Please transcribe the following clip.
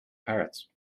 parrots